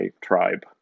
tribe